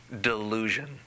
delusion